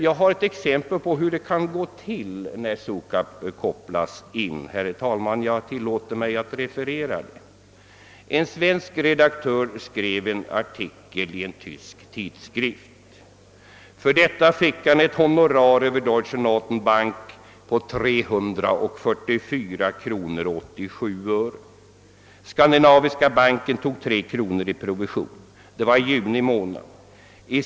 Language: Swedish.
Jag tillåter mig, herr talman, att återge ett exempel på hur det kan gå till när Sukab kopplas in. En svensk redaktör skrev vid ett tillfälle en artikel i en tysk tidskrift. För detta fick han ett honorar över Deutsche Notenbank på 344 kronor 87 öre. Skandinaviska Banken tog tre kronor i provision på denna summa. Detta skedde i juni.